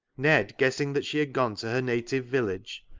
ned guessing that she had gone to her native village,